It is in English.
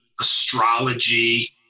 astrology